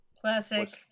Classic